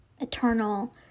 eternal